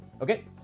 Okay